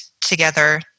together